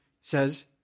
says